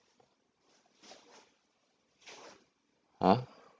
!huh!